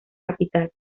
capital